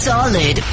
Solid